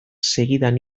segidan